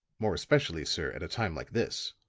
more especially, sir, at a time like this.